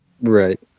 Right